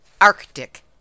Arctic